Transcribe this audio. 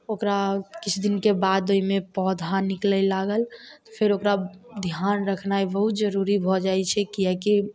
ओकरा किछु दिनके बाद ओइमे पौधा निकलय लागल फेर ओकरा ध्यान रखनाइ बहुत जरुरी भऽ जाइ छै किएक कि